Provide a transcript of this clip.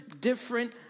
different